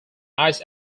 ice